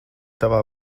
tavā